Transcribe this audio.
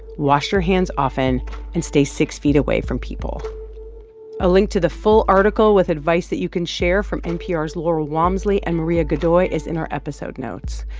wash your hands often and stay six feet away from people a link to the full article with advice that you can share from npr's laurel wamsley and maria godoy is in our episode notes.